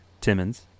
Timmons